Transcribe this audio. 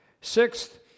Sixth